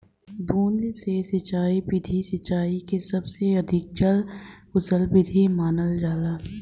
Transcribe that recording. बूंद से सिंचाई विधि सिंचाई क सबसे अधिक जल कुसल विधि मानल जाला